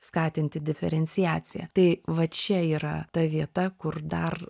skatinti diferenciaciją tai va čia yra ta vieta kur dar